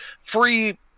free